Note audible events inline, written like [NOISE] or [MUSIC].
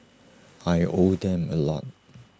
[NOISE] I owe them A lot